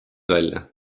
välja